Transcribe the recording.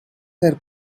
her